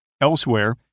Elsewhere